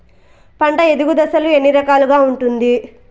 పంట ఎదుగు దశలు ఎన్ని రకాలుగా ఉంటుంది?